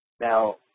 Now